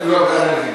לא את הנייר.